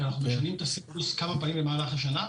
כי אנחנו משנים את הסילבוס כמה פעמים במהלך השנה,